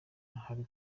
ahari